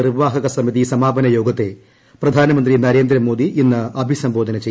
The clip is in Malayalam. നിർവ്വാഹക സമിതി സമാപന യോഗത്തെ പ്രധാനമന്ത്രി നരേന്ദ്രമോദി ഇന്ന് അഭിസംബോധന ചെയ്യും